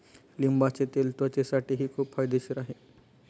लिंबाचे तेल त्वचेसाठीही खूप फायदेशीर आहे